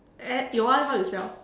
and and your one how you spell